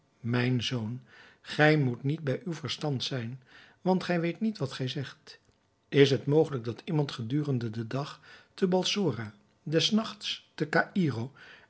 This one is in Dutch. mijn zoon gij moet niet bij uw verstand zijn want gij weet niet wat gij zegt is het mogelijk dat iemand gedurende den dag te balsora des nachts te caïro